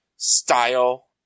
Style